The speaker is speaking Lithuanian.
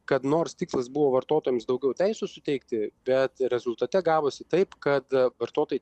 kad nors tikslas buvo vartotojams daugiau teisių suteikti bet rezultate gavosi taip kad vartotojų